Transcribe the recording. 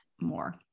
more